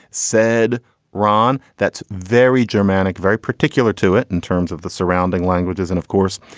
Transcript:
said ron, that's very germanic, very particular to it in terms of the surrounding languages. and of course,